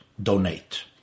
Donate